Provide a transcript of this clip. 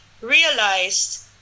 realized